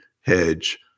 hedge